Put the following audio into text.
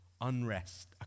unrest